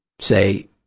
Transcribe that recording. say